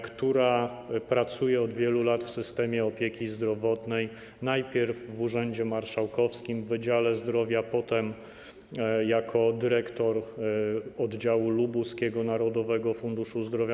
która pracuje od wielu lat w systemie opieki zdrowotnej, najpierw w urzędzie marszałkowskim w wydziale zdrowia, potem jako dyrektor oddziału lubuskiego Narodowego Funduszu Zdrowia.